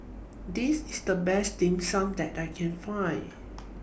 This IS The Best Dim Sum that I Can Find